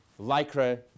lycra